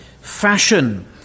fashion